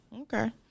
Okay